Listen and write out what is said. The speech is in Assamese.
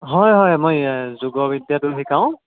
হয় হয় মই যোগ বিদ্যাটো শিকাওঁ